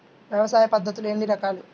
వ్యవసాయ పద్ధతులు ఎన్ని రకాలు?